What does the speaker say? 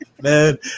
Man